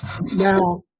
Now